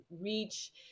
reach